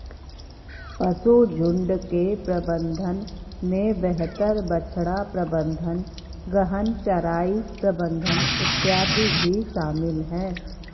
पशुझुण्ड के प्रबंधन में बेहतर बछड़ा प्रबंधन, गहन चराई प्रबंधन इत्यादि भी शामिल है